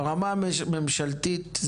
ברמה הממשלתית,